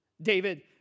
David